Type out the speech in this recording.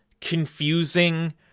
confusing